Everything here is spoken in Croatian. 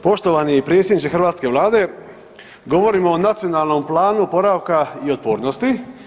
Poštovani predsjedniče hrvatske Vlade, govorimo o Nacionalnom planu oporavka i otpornosti.